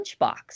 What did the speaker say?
Lunchbox